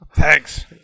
Thanks